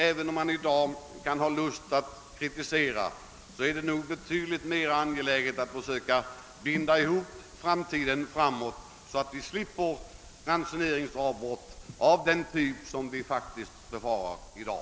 Även om man i dag har lust att kritisera är det betydligt mer angeläget att försöka binda ihop det hela med framtiden så att vi slipper ransoneringsavbrott av den typ som vi faktiskt befarar i dag.